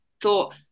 thought